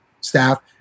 staff